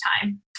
time